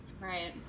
Right